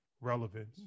relevance